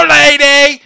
lady